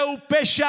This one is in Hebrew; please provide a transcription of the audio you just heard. תודה